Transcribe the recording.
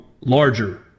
larger